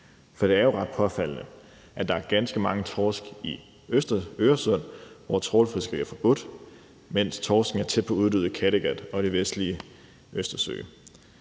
For det er jo ret påfaldende, at der er ganske mange torsk i Øresund, hvor trawlfiskeri er forbudt, men at torsken er tæt på uddød i Kattegat og i den vestlige Østersø.